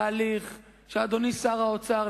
תהליך שאדוני שר האוצר,